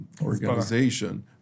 organization